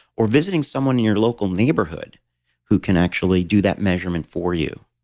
or visiting someone in your local neighborhood who can actually do that measurement for you,